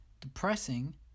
depressing